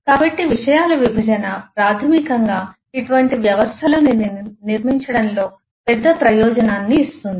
కాబట్టి విషయాల విభజన ప్రాథమికంగా ఇటువంటి వ్యవస్థలను నిర్మించడంలో పెద్ద ప్రయోజనాన్ని ఇస్తుంది